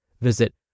Visit